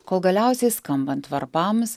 kol galiausiai skambant varpams